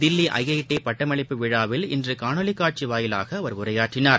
Delhi IIT பட்டமளிப்பு விழாவில் இன்று காணொலி காட்சி வாயிலாக அவர் உரையாற்றினார்